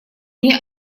мне